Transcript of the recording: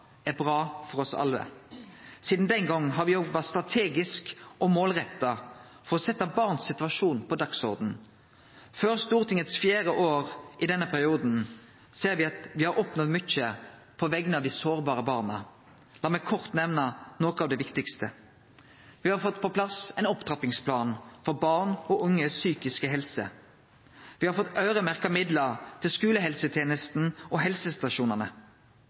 er bra for oss alle. Sidan den gongen har me jobba strategisk og målretta for å setje barnas situasjon på dagsordenen. Før Stortingets fjerde år i denne perioden ser me at me har oppnådd mykje på vegner av dei sårbare barna. La meg kort nemne noko av det viktigaste: Me har fått på plass støtte til ein opptrappingsplan for barn og unges psykiske helse. Me har fått øyremerkte midlar til skulehelsetenesta og helsestasjonane.